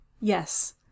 Yes